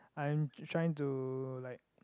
I'm trying to like